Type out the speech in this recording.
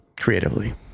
creatively